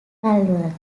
malvern